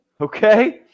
Okay